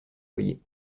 foyers